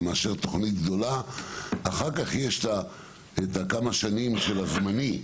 אתה מאשר תוכנית גדולה ואחר כך יש כמה שנים של פתרון זמני,